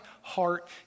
heart